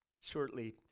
shortly